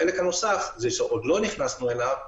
החלק הנוסף, זה שעוד לא נכנסנו אליו,